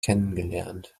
kennengelernt